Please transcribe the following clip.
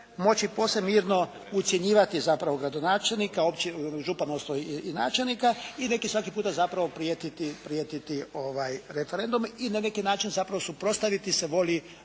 moći posve mirno ucjenjivati zapravo gradonačelnika, župana ustvari i načelnika i neki svaki puta zapravo prijetiti referendumom, i na neki način zapravo suprotstaviti se volji